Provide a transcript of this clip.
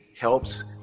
helps